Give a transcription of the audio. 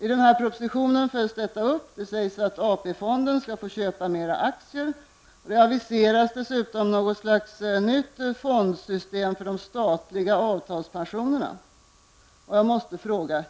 I propositionen följs detta upp. Det sägs att AP fonden skall få köpa mer aktier, och det aviseras dessutom något slags nytt fondsystem för de statliga avtalspensionerna.